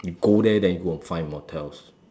you go there then you go and find motels